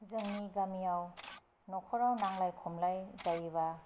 जोंनि गामियाव न'खराव नांलाय खमलाय जायोब्ला